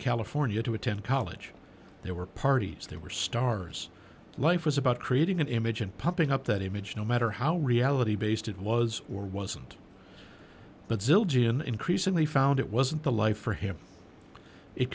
california to attend college there were parties there were stars life was about creating an image and pumping up that image no matter how reality based it was or wasn't but zildjian increasingly found it wasn't the life for him it